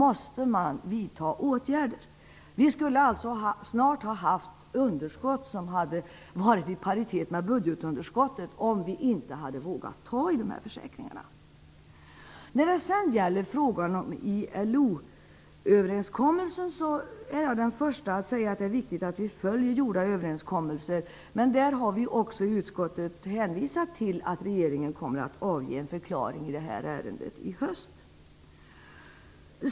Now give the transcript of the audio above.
Man måste vidta åtgärder. Vi skulle alltså snart ha haft ett underskott i paritet med budgetunderskottet, om vi inte hade vågat ta itu med dessa försäkringar! När det gäller frågan om ILO-överenskommelsen är jag den första att säga att det är viktigt att vi följer gjorda överenskommelser. Men också i den frågan har utskottet hänvisat till att regeringen kommer att avge en förklaring i ärendet i höst.